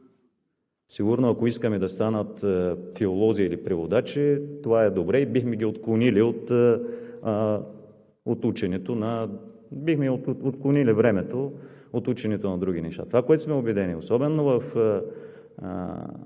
сигурно, ако искаме да станат филолози или преводачи, това е добре и бихме ги отклонили от времето за учене на други неща. Това, в което сме убедени, особено в